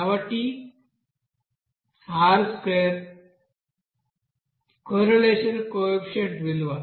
కాబట్టి R2 correlation coefficient విలువ